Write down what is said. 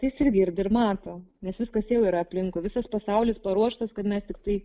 tai jis ir girdi ir mato nes viskas jau yra aplinkui visas pasaulis paruoštas kad mes tiktai